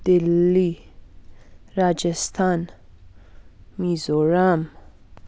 Delhi Rajasthan Mizoram